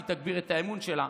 היא תגביר את האמון בה,